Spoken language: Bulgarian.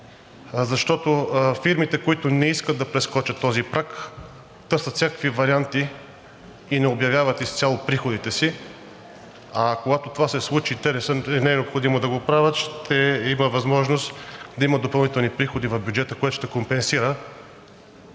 защото фирмите, които не искат да прескочат този праг, търсят всякакви варианти и не обявяват изцяло приходите си, а когато това се случи, те не е необходимо да го правят, ще има възможност да има допълнителни приходи в бюджета, което ще компенсира